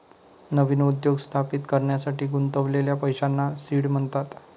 नवीन उद्योग स्थापित करण्यासाठी गुंतवलेल्या पैशांना सीड म्हणतात